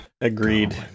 agreed